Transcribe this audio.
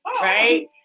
right